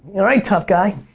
alright, tough guy.